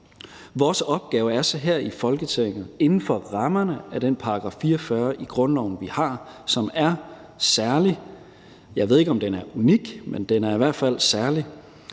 Vores opgave ligger her i Folketinget inden for rammerne af den § 44 i grundloven, vi har, og som er særlig. Jeg ved ikke, om den er unik, men den er i hvert fald særlig.